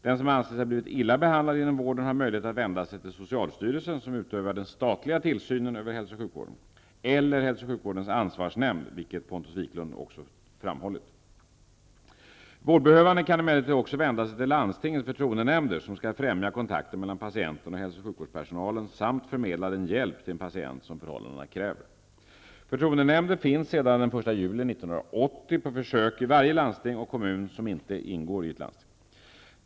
Den som anser sig ha blivit illa behandlad inom vården har möjlighet att vända sig till socialstyrelsen, som utövar den statliga tillsynen över hälso och sjukvården, eller till hälso och sjukvårdens ansvarsnämnd, vilket Pontus Wiklund också framhållit. Vårdbehövande kan emellertid också vända sig till landstingens förtroendenämnder, som skall främja kontakten mellan patienten och hälsooch sjukvårdspersonalen samt förmedla den hjälp till en patient som förhållandena kräver. Förtroendenämnder finns sedan den 1 juli 1980 på försök i varje landsting och kommun som inte ingår i ett landsting.